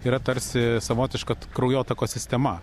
yra tarsi savotiška kraujotakos sistema